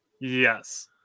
yes